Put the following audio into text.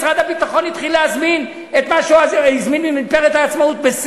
משרד הביטחון התחיל להזמין בסין את מה שהוא הזמין ממתפרת "העצמאות".